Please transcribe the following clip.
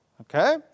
Okay